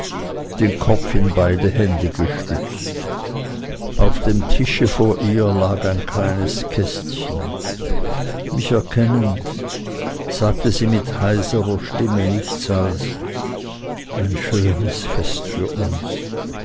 den kopf in beide hände gestützt auf dem tische vor ihr lag ein kleines kästchen mich erkennend sagte sie mit heiserer stimme nichts als ein schönes fest für uns